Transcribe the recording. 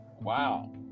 wow